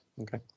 okay